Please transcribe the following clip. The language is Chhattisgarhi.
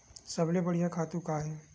सबले बढ़िया खातु का हे?